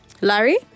Larry